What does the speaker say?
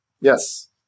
Yes